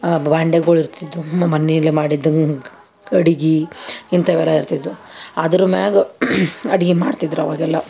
ಬಾಂಡೆಗಳು ಇರ್ತಿದ್ದು ಮಣ್ಣಲ್ಲೆ ಮಾಡಿದ್ದು ಕಡೆಗೆ ಇಂಥವೆಲ್ಲ ಇರ್ತಿದ್ದು ಅದರ ಮ್ಯಾಗ ಅಡ್ಗೆ ಮಾಡ್ತಿದ್ರು ಅವಾಗೆಲ್ಲ